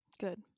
good